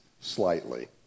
slightly